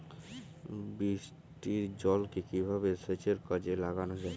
বৃষ্টির জলকে কিভাবে সেচের কাজে লাগানো য়ায়?